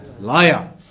liar